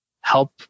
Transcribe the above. help